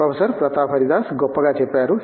professor Pratap Haridas గొప్పగా చెప్పారు